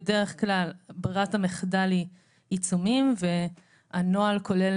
בדרך כלל ברירת המחדל היא עיצומים, והנוהל כולל